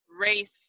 race